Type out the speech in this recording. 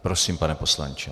Prosím, pane poslanče.